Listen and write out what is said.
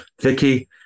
Vicky